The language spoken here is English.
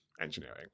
engineering